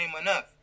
enough